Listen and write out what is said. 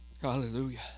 hallelujah